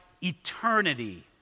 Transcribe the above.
eternity